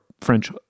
French